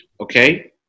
okay